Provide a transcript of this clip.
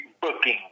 Booking